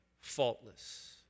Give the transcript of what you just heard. faultless